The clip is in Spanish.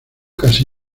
casi